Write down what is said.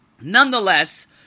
nonetheless